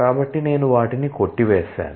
కాబట్టి నేను వాటిని కొట్టివేసాను